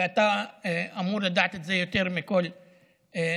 ואתה אמור לדעת את זה יותר מכל האחרים,